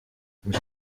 icyo